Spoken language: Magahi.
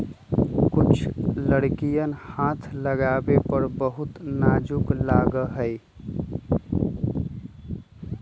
कुछ लकड़ियन हाथ लगावे पर बहुत नाजुक लगा हई